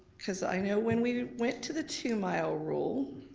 cause i know when we went to the two mile rule,